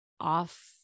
off